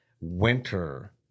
winter